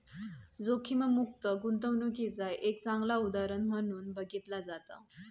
जोखीममुक्त गुंतवणूकीचा एक चांगला उदाहरण म्हणून बघितला जाता